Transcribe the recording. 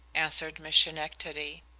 answered miss schenectady.